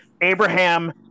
Abraham